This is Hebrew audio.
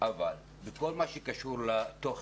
אבל בכל מה שקשור לתוכן,